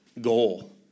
goal